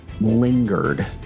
lingered